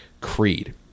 Creed